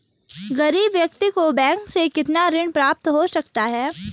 गरीब व्यक्ति को बैंक से कितना ऋण प्राप्त हो सकता है?